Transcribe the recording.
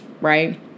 right